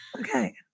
Okay